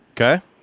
Okay